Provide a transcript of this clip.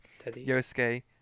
Yosuke